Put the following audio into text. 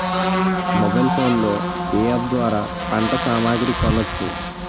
Mobile phone లో ఏ app ద్వారా పంట సామాగ్రి కొనచ్చు?